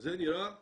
זה נראה כך.